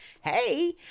hey